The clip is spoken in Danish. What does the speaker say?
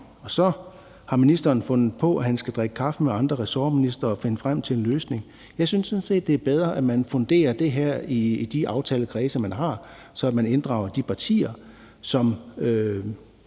Så har ministeren fundet på, at han skal drikke kaffe med andre ressortministre og finde frem til en løsning. Jeg synes sådan set, det er bedre, at man funderer det her i de aftalekredse, man har, så man inddrager de partier, som